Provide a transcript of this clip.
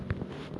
navy